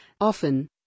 Often